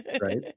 Right